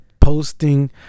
posting